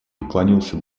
поклонился